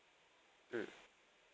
mm